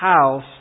house